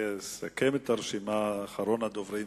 יסכם את הרשימה אחרון הדוברים,